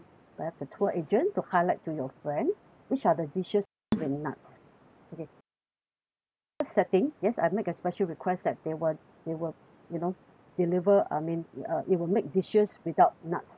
perhaps the tour agent to highlight to your friend which are the dishes that come with nuts okay but for individual setting yes I've make a special request that they will they will you know deliver I mean ya uh it will make dishes without nuts